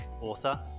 author